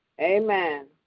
Amen